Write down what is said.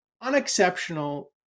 unexceptional